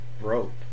rope